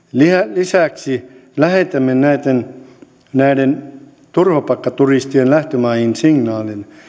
lisäksi lähetämme näiden turvapaikkaturistien lähtömaihin signaalin